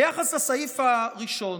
ביחס לסעיף הראשון,